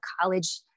college